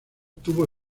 tuvo